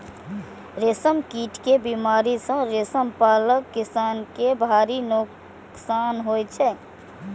रेशम कीट के बीमारी सं रेशम पालक किसान कें भारी नोकसान होइ छै